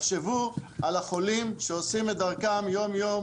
לזכותו שניסה לעשות לא מעט דברים,